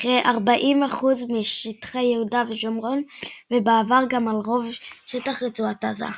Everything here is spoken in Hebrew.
בכ־40% משטחי יהודה ושומרון ובעבר גם על רוב שטח רצועת עזה.